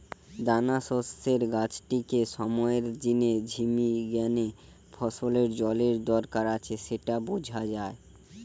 দানাশস্যের গাছটিকে সময়ের জিনে ঝিমি গ্যানে ফসলের জলের দরকার আছে স্যাটা বুঝা যায়